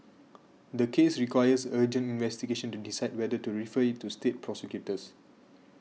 the case requires urgent investigation to decide whether to refer it to state prosecutors